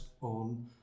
on